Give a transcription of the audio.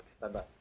Bye-bye